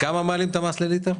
בכמה מעלים את המס לליטר?